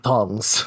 Tongs